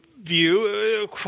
view